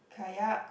kayak